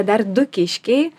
dar du kiškiai